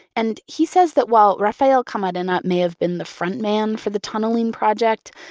and he says that while rafael camarena may have been the frontman for the tunneling project,